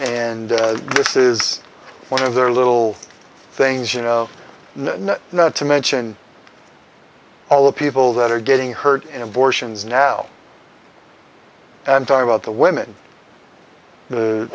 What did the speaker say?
and this is one of their little things you know not to mention all the people that are getting hurt in abortions now and talk about the women